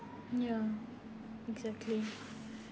ya exactly